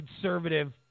conservative